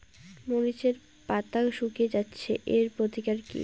মরিচের পাতা শুকিয়ে যাচ্ছে এর প্রতিকার কি?